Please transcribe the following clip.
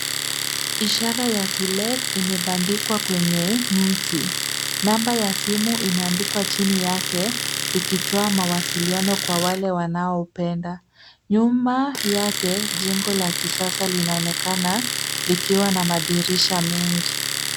Ishara ya to let imebandikwa kwenye mti. Namba ya simu imeandikwa chini yake ikitoa mawasiliano kwa wale wanaopenda. Nyuma yake, jengo la kisasa linaonekana likiwa na madirisha mengi.